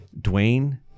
Dwayne